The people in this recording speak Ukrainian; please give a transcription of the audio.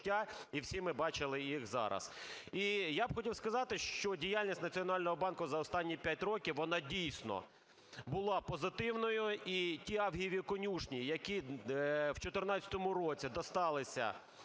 і всі ми бачили їх зараз. І я б хотів сказати, що діяльність Національного банку за останні п'ять років вона дійсно була позитивною, і ті авгієві конюшні, які в 14-му році досталися